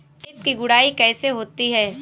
खेत की गुड़ाई कैसे होती हैं?